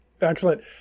Excellent